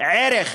ערך,